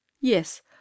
yes